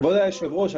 כבוד היושב ראש,